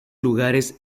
lugares